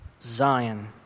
Zion